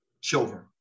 children